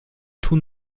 tun